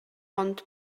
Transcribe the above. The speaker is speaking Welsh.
ond